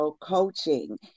coaching